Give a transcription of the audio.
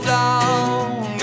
down